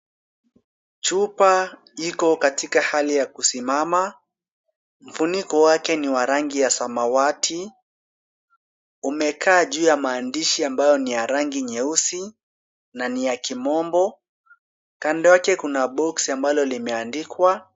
Chupa iko katika hali ya kusimama. Mfuniko wake ni wa rangi ya samawati. Umekaa juu ya maandishi ambayo ni ya rangi nyeusi na ni ya kimombo. Kando yake kuna box ambalo limeandikwa.